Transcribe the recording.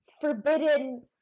forbidden